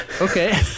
Okay